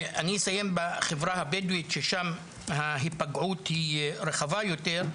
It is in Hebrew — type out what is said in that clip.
ואני אסיים בחברה הבדואית ששם ההיפגעות היא רחבה יותר,